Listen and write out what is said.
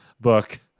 book